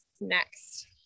next